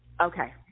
Okay